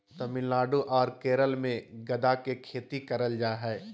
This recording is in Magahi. तमिलनाडु आर केरल मे गदा के खेती करल जा हय